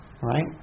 right